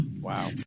Wow